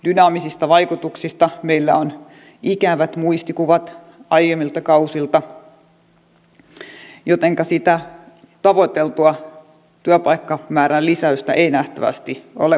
dynaamisista vaikutuksista meillä on ikävät muistikuvat aiemmilta kausilta jotenka sitä tavoiteltua työpaikkamäärän lisäystä ei nähtävästi ole kuitenkaan tulossa